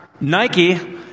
Nike